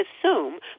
assume